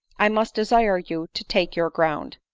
i must desire you to take your ground.